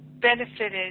benefited